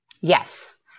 Yes